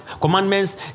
commandments